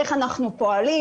איך אנחנו פועלים.